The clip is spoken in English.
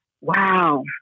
Wow